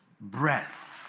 breath